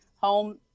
home